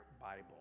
Bible